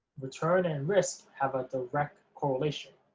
return and risk have a direct correlation.